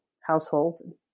household